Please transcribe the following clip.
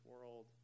world